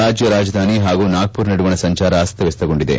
ರಾಜ್ಯ ರಾಜಧಾನಿ ಹಾಗೂ ನಾಗ್ದರ್ ನಡುವಣ ಸಂಚಾರ ಅಸ್ತವಸ್ತಗೊಂಡಿದೆ